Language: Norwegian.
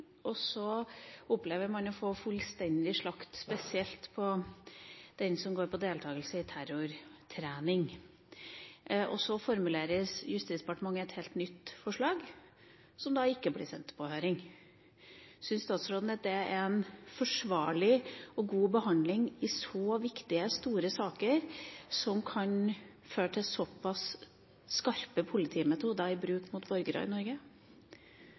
høring. Så opplever man at den blir fullstendig slaktet, spesielt det som går på deltakelse i terrortrening. Deretter formulerer Justisdepartementet et helt nytt forslag, som ikke blir sendt ut på høring. Syns statsråden at dette er en forsvarlig og god behandling av så store og viktige saker når det kan føre til bruk av såpass skarpe politimetoder mot borgere i Norge?